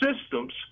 Systems